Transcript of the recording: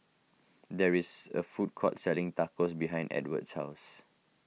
there is a food court selling Tacos behind Edwardo's house